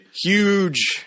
Huge